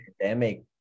pandemic